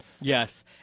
yes